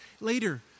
later